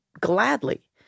gladly